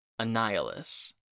Annihilus